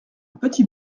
petit